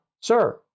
sir